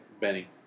Benny